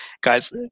guys